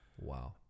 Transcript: Wow